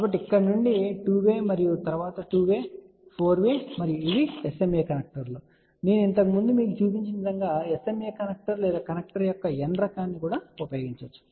కాబట్టి ఇక్కడ నుండి 2 వే మరియు తరువాత 2 వే 4 వే మరియు ఇవి SMA కనెక్టర్లు నేను ఇంతకు ముందు మీకు చూపించిన విధంగా మీరు SMA కనెక్టర్ లేదా కనెక్టర్ యొక్క N రకాన్ని ఉపయోగించవచ్చు